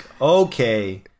okay